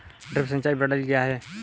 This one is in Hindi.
ड्रिप सिंचाई प्रणाली क्या है?